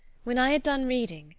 when i had done reading,